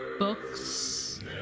Books